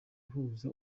uhuza